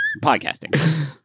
podcasting